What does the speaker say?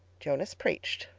jonas preached.